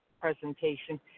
presentation